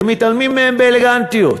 שמתעלמים מהם באלגנטיות.